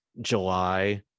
July